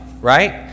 right